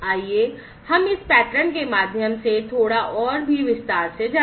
आइए हम इस पैटर्न के माध्यम से थोड़ा और भी विस्तार से जाने